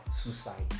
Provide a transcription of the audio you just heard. suicide